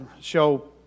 show